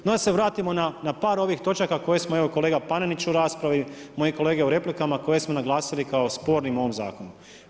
No, da se vratimo na par ovih točaka koje smo evo kolega Panenić u raspravi, moji kolege u replikama koje smo naglasili kao spornim u ovom zakonu.